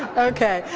ok.